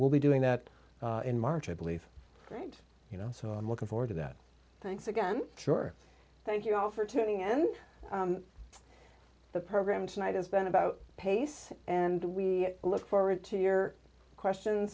we'll be doing that in march i believe right you know so i'm looking forward to that thanks again sure thank you all for tuning in the program tonight has been about pace and we look forward to your questions